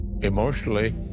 Emotionally